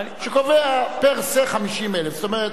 שקובע פר-סה 50,000. זאת אומרת,